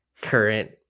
current